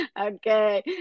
okay